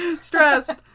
Stressed